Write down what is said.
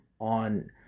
on